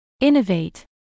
Innovate